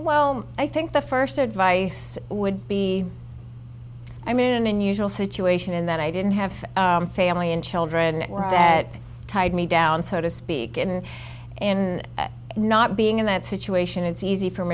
well i think the first advice would be i'm in an unusual situation in that i didn't have family and children tied me down so to speak and in not being in that situation it's easy for